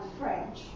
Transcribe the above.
French